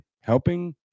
helping